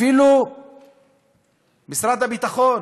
אפילו משרד הביטחון